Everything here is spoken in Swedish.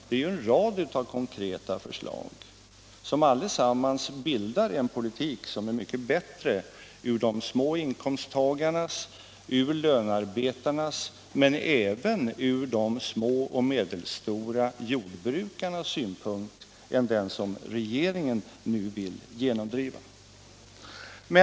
Det är ju en rad konkreta förslag som allesammans bildar en politik som är mycket bättre från de små inkomsttagarnas och lönarbetarnas synpunkt men även från de små och medelstora jordbrukarnas synpunkt än den som regeringen nu vill genomdriva.